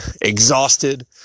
exhausted